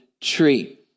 tree